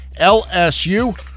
LSU